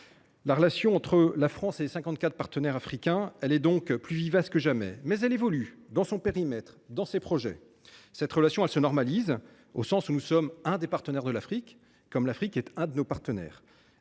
La relation entre la France et les cinquante quatre partenaires africains est donc plus vivace que jamais, mais elle évolue, dans son périmètre et dans ses projets. Cette relation se normalise, au sens où nous sommes l’un des partenaires de l’Afrique comme l’Afrique est l’un de nos partenaires.